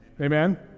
amen